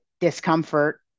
discomfort